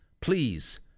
please